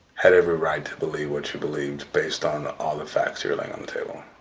had every right to believe what you believed, based on all the facts you were laying on the table.